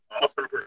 Awesome